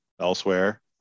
elsewhere